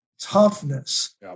Toughness